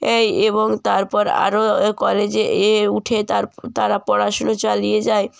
অ্যায় এবং তারপর আরও কলেজে এ উঠে তারা পড়াশুনো চালিয়ে যায়